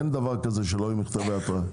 אין דבר כזה שלא יהיו מכתבי התראה.